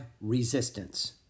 Resistance